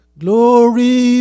glory